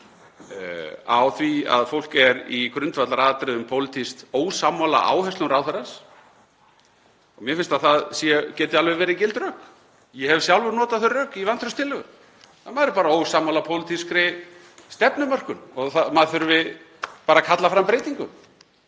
á því að fólk er í grundvallaratriðum pólitískt ósammála áherslum ráðherrans. Mér finnst að það geti alveg verið gild rök. Ég hef sjálfur notað þau rök í vantrauststillögu, að maður sé bara ósammála pólitískri stefnumörkun og maður þurfi bara að kalla fram breytingu.